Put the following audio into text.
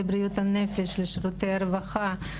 בריאות הנפש לשירותי הרווחה ולבני המשפחה עצמם.